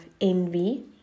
envy